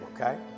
okay